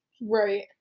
right